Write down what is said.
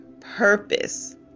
purpose